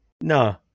No